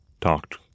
talked